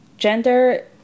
Gender